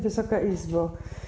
Wysoka Izbo!